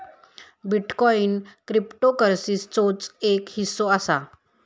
bitcoin क्रिप्टोकरंसीचोच एक हिस्सो असा